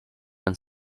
and